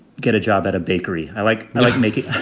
get a job at a bakery. i like like making.